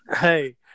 Hey